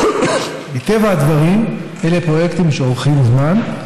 מטבע הדברים, אלה דברים שאורכים זמן,